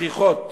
המוכיחות